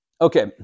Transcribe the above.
Okay